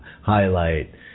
highlight